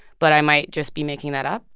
but i might just be making that up.